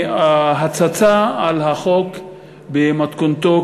מהצצה בחוק במתכונתו,